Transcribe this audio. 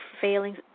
failings